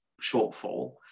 shortfall